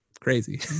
crazy